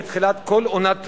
בתחילת כל עונת רעייה,